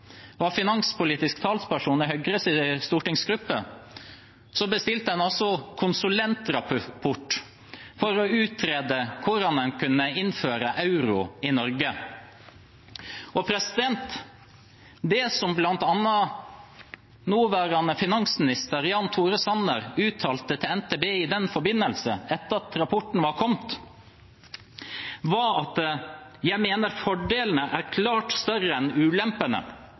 var finanspolitisk talsperson i Høyres stortingsgruppe, bestilte en altså konsulentrapport for å utrede hvordan en kunne innføre euro i Norge. Og det som bl.a. nåværende finansminister Jan Tore Sanner uttalte til NTB i den forbindelse, etter at rapporten var kommet, var at «jeg mener fordelene er klart større enn ulempene»